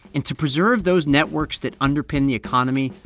and to preserve those networks that underpin the economy,